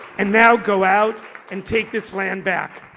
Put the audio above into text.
and now go out and take this land back.